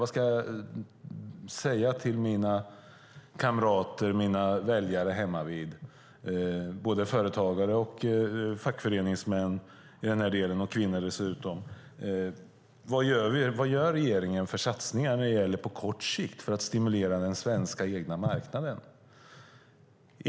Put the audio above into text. Vad ska jag säga till mina kamrater och väljare hemmavid, både företagare och fackföreningsmän och fackföreningskvinnor? Vad gör regeringen för satsningar på kort sikt för att stimulera den svenska marknaden?